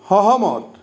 সহমত